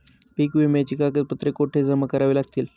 पीक विम्याची कागदपत्रे कुठे जमा करावी लागतील?